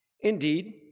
Indeed